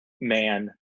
man